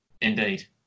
Indeed